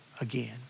again